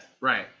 Right